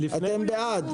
אתם בעד.